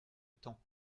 temps